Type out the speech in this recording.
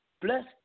Bless